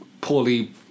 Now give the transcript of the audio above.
poorly